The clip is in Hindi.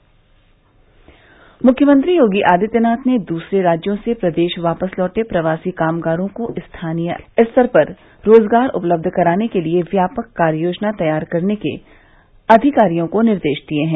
मृख्यमंत्री योगी आदित्यनाथ ने दूसरे राज्यों से प्रदेश वापस लौटे प्रवासी कामगारों को स्थानीय स्तर पर रोजगार उपलब्ध कराने के लिए व्यापक कार्ययोजना तैयार करने के अधिकारियों को निर्देश दिये हैं